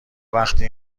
وقتی